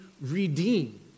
redeemed